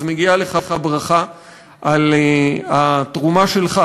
מגיעה לך ברכה על התרומה שלך